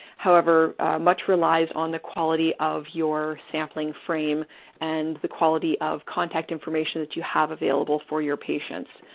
however much relies on the quality of your sampling frame and the quality of contact information that you have available for your patients.